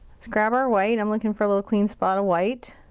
let's grab our white, i'm looking for a little clean spot of white.